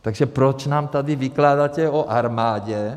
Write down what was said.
Takže proč nám tady vykládáte o armádě?